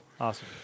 Awesome